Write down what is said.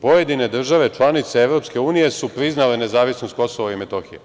Pojedine države, članice EU, su priznale nezavisnost Kosova i Metohije.